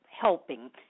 helping